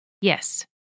Yes